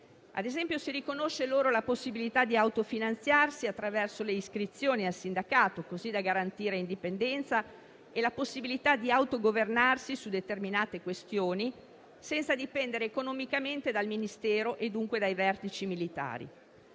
ad esempio, la possibilità di autofinanziarsi attraverso le iscrizioni al sindacato, così da garantire indipendenza e la possibilità di autogovernarsi su determinate questioni senza dipendere economicamente dal Ministero e, dunque, dai vertici militari.